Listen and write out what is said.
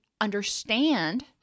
understand